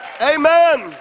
amen